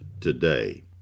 today